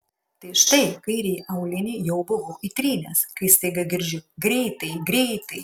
tai štai kairįjį aulinį jau buvau įtrynęs kai staiga girdžiu greitai greitai